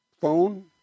phone